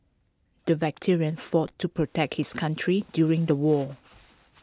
the veteran fought to protect his country during the war